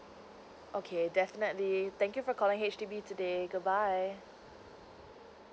okay definitely thank you for calling H_D_B today goodbye